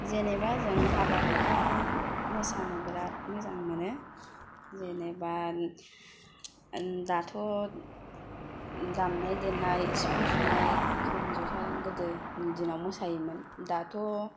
जेनेबा जों हाबा हुखाफोराव मोसानो बिराट मोजां मोनो जेनेबा दाथ' दामनाय देनाय सिफुं सुनाय खाम जथाजों गोदोनि दिनाव मोसायोमोन दाथ'